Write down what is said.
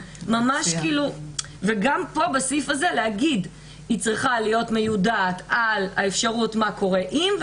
להגיד שהיא צריכה להיות מיודעת על האפשרות מה קורה אם,